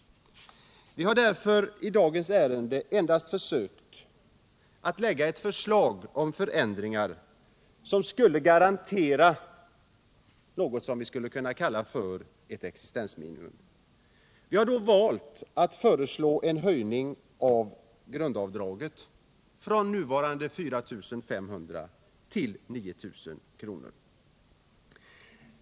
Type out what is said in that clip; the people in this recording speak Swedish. Vi har därför i dagens ärende endast försökt lägga fram ett förslag till förändring som skulle garantera något som vi kan kalla existensminimum. Vi har valt att föreslå en höjning av grundavdraget från nuvarande 4 500 kr. till 9 000 kr.